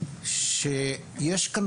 שיש כאן